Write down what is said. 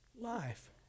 life